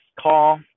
call